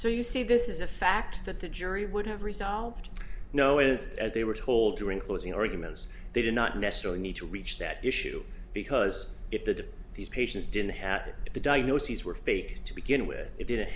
so you see this is a fact that the jury would have resolved no instead as they were told during closing arguments they did not necessarily need to reach that issue because if that these patients didn't have the diagnoses were faked to begin with it didn't